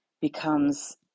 becomes